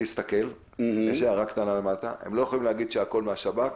תסתכל הם לא יכולים להגיד שהכל מהשב"כ,